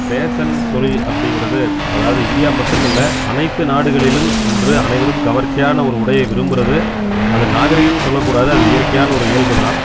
fashion தொழில் அப்டிங்கிறது அதாவது இந்தியா மட்டுமில்லை அனைத்து நாடுகளிலும் இன்று அனைவரும் கவர்ச்சியான ஒரு உடையை விரும்புகிறது அது நாகரீகம்ன்னு சொல்லக்கூடாது அது இயற்கையான ஒரு இயல்பு தான்